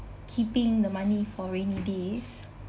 keeping the money for rainy days